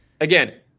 Again